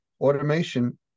automation